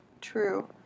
true